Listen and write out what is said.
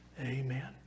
Amen